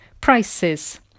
prices